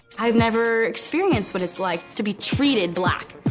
i've never experienced what it's like to be treated black.